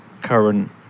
current